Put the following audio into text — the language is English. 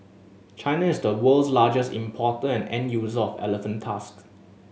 China is the world's largest importer and end user of elephant tusks